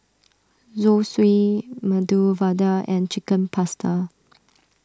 Zosui Medu Vada and Chicken Pasta